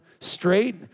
straight